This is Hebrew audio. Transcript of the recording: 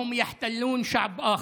כשהם כובשים עם אחר,